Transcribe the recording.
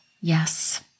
Yes